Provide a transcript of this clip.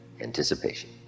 anticipation